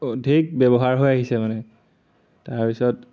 অধিক ব্যৱহাৰ হৈ আহিছে মানে তাৰপিছত